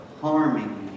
harming